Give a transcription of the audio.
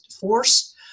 force